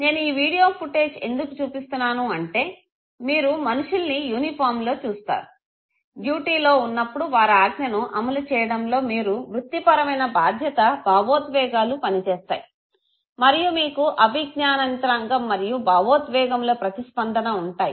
నేను ఈ video footage ఎందుకు చూపిస్తున్నాను అంటే మీరు మనుషుల్ని యూనిఫార్మ్ లో చూస్తారు డ్యూటీలో ఉన్నప్పుడు వారు ఆజ్ఞను అమలు చేయడంలో మీరు వృత్తిపరమైన బాధ్యత భావోద్వేగాలు పనిచేస్తాయి మరియు మీకు అభిజ్ఞాన యంత్రాంగం మరియు భావోద్వేగముల ప్రతిస్పందన ఉంటాయి